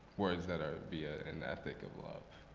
words that are via an ethic of love,